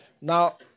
Now